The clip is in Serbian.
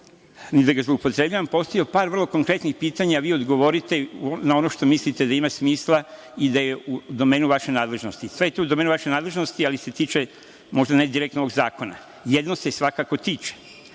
ni da ga zloupotrebljavam, postavio par vrlo konkretnih pitanja, a vi odgovorite na ono što mislite da ima smisla i da je u domenu vaše nadležnosti. Sve je to u domenu vaše nadležnosti, ali se tiče možda ne direktno ovog zakona. Jedno se svakako tiče,